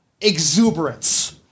exuberance